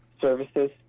services